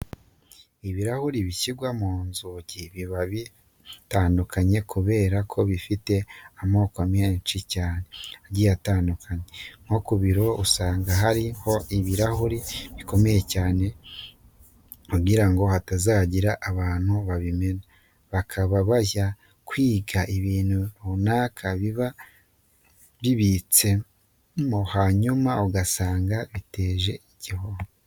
Ibirahuri bishyirwa mu nzugi biba bitandukanye kubera ko bifite amoko menshi cyane agiye atandukanye. Nko ku biro usanga hariho ibirahuri bikomeye cyane kugira ngo hatazagira abantu babimena, bakaba bajya kwiba ibintu runaka biba bibitsemo hanyuma ugasanga biteje igihombo.